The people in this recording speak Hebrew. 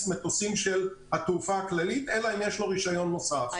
מטוסים של התעופה הכללית אלא אם יש לו רישיון נוסף.